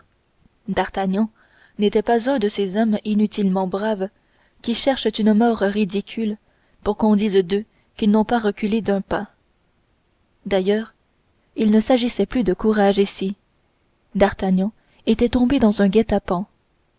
d'artagnan n'était pas un de ces hommes inutilement braves qui cherchent une mort ridicule pour qu'on dise d'eux qu'ils n'ont pas reculé d'un pas d'ailleurs il ne s'agissait plus de courage ici d'artagnan était tombé dans un guet-apens